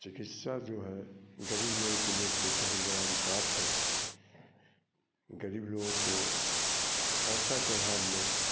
चिकित्सा जो है गरीब लोगों लिए एक तो बहुत बड़ा अभिशाप है गरीब लोगों को पैसा के आभाव में